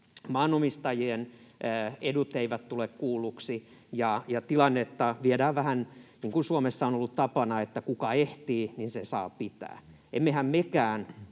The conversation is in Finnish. maanomistajien edut eivät tule kuulluiksi ja tilannetta viedään vähän niin kuin Suomessa on ollut tapana, että ”kuka ehtii, se saa pitää”.